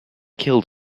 killed